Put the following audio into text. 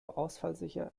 ausfallsicher